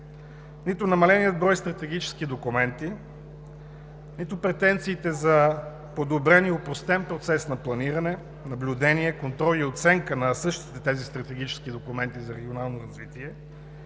Нито намаленият брой стратегически документи, нито претенциите за подобрен и опростен процес на планиране, наблюдение, контрол и оценка на същите тези стратегически документи за регионално развитие,